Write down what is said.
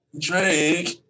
Drake